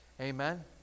Amen